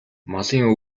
малын